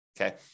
okay